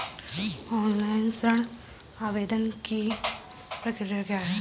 Online ऋण आवेदन की प्रक्रिया क्या है?